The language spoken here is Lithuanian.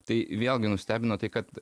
tai vėlgi nustebino tai kad